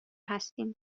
هستیم